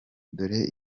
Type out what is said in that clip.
dore